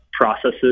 processes